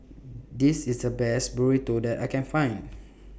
This IS The Best Burrito that I Can Find